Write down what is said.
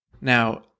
Now